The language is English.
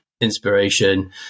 inspiration